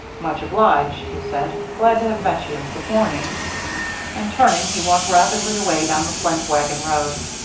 much obliged, he said. glad to have met you. good morning and, turning, he walked rapidly away down the plank wagon road.